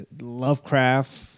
Lovecraft